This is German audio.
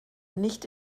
nicht